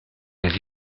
les